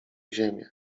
ziemię